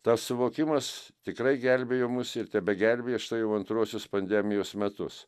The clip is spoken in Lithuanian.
tas suvokimas tikrai gelbėjo mus ir tebegelbėja štai jau antruosius pandemijos metus